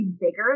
bigger